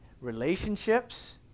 relationships